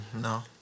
No